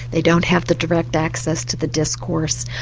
they don't have the direct access to the discourse.